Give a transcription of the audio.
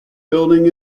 building